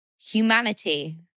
Humanity